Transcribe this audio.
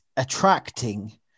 attracting